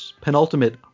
penultimate